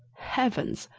heavens!